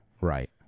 Right